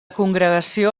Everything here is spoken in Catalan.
congregació